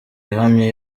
ihamye